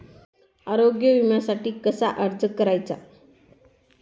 आरोग्य विम्यासाठी कसा अर्ज करायचा?